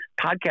podcast